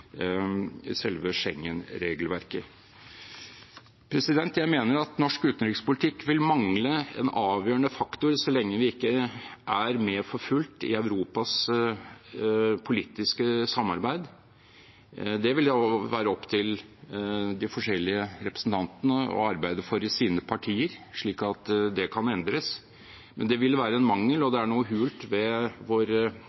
selve Schengen-regelverket. Jeg mener at norsk utenrikspolitikk vil mangle en avgjørende faktor så lenge vi ikke er med for fullt i Europas politiske samarbeid. Det vil være opp til de forskjellige representantene å arbeide for i sine partier, slik at det kan endres, men det vil være en mangel, og